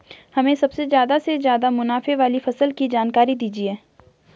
हमें सबसे ज़्यादा से ज़्यादा मुनाफे वाली फसल की जानकारी दीजिए